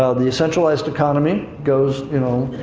ah the centralized economy goes, you know,